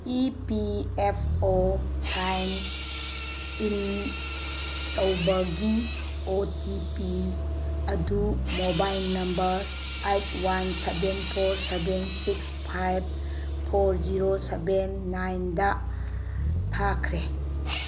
E P F O sign in ꯇꯧꯕꯒꯤ O T P ꯑꯗꯨ mobile number eight one seven four seven six five four zero seven nine ꯊꯥꯈ꯭ꯔꯦ